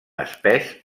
espès